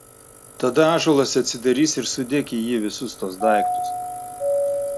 tada ąžuolas atsidarys ir sudėk į jį visus tuos daiktus